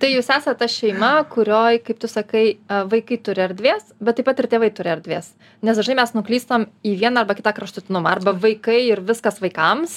tai jūs esat ta šeima kurioj kaip tu sakai vaikai turi erdvės bet taip pat ir tėvai turi erdvės nes dažnai mes nuklystam į vieną arba kitą kraštutinumą arba vaikai ir viskas vaikams